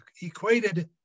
equated